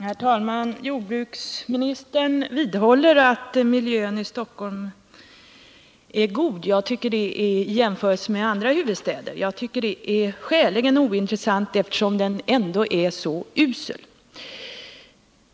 Herr talman! Jordbruksministern vidhåller att miljön är god i Stockholm i jämförelse med andra huvudstäder, men jag tycker detta är skäligen ointressant, eftersom den ändå är så usel.